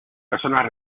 personas